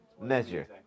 measure